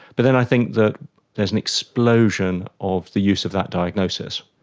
but then i think that there is an explosion of the use of that diagnosis.